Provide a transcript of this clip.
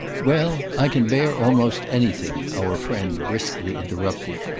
well, i can bear almost anything! our friend briskly interrupted.